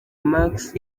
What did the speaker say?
max